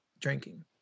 drinking